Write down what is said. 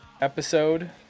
episode